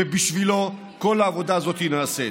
ובשבילו כל העבודה הזאת נעשית.